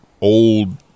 old